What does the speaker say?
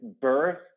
birth